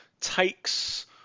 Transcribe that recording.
takes